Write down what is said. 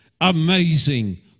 amazing